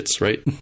right